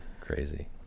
crazy